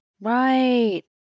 Right